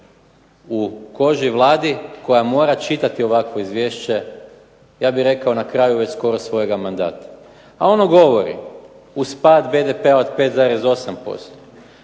u koži Vladi koja mora čitati ovakvo izvješće, ja bih rekao na kraju već skoro svojega mandata. A ono govori: uz pad BDP-a od 5,8%,